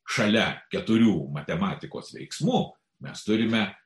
šalia keturių matematikos veiksmų mes turime